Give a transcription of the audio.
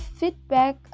feedback